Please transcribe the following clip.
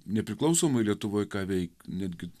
nepriklausomoj lietuvoj ką veik netgi